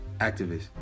activist